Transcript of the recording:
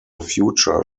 future